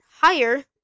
higher